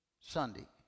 Sunday